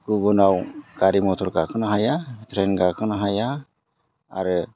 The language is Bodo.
गुबुनाव गारि मथर गाखोनो हाया ट्रेन गाखोनो हाया आरो